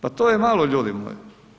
Pa to je malo ljudi moji.